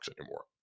anymore